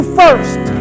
first